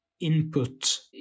Input